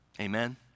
Amen